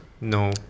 No